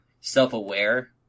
self-aware